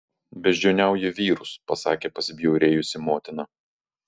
beždžioniauji vyrus pasakė pasibjaurėjusi motina